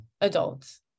adults